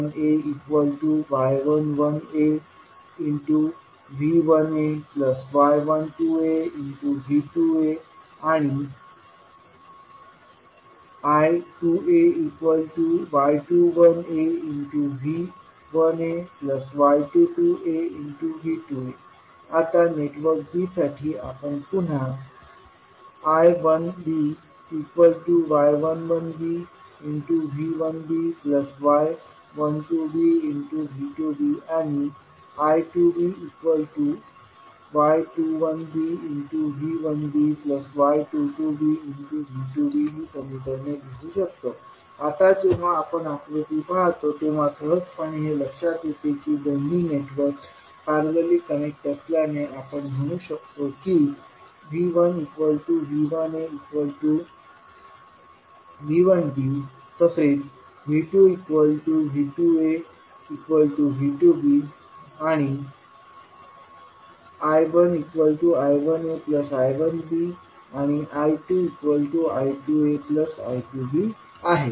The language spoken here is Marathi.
I1ay11aV1ay12aV2a I2ay21aV1ay22aV2a आता नेटवर्क b साठी आपण पुन्हा I1by11bV1by12bV2b आणि I2by21bV1by22bV2b ही समीकरणे लिहू शकतो आता जेव्हा आपण आकृती पाहतो तेव्हा सहजपणे हे लक्षात येते की दोन्ही नेटवर्क पॅरलली कनेक्ट असल्याने आपण म्हणू शकतो की V1V1aV1bV2V2aV2b I1I1aI1bI2I2aI2bआहे